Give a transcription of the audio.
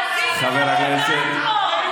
עשיתם הצגה,